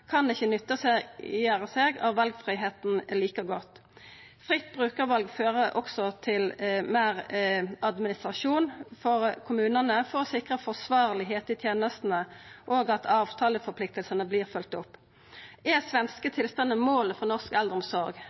kan ikkje gjera seg nytte av valfridomen like godt. Fritt brukarval fører også til meir administrasjon for kommunane for å sikra forsvarlegheit i tenestene og at avtaleforpliktingane vert følgde opp. Er svenske tilstandar målet for norsk eldreomsorg